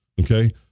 okay